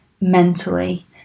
mentally